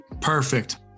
Perfect